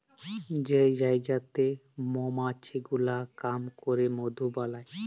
যে জায়গাতে মমাছি গুলা কাম ক্যরে মধু বালাই